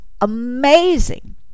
amazing